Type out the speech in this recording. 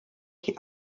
die